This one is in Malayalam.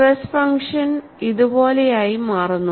സ്ട്രെസ് ഫംഗ്ഷൻ ഇതുപോലെയായി മാറുന്നു